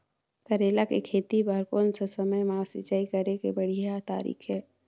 करेला के खेती बार कोन सा समय मां सिंचाई करे के बढ़िया तारीक हे?